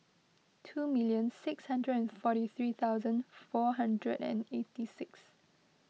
two million six hundred and forty three thousand four hundred and eighty six